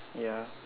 ya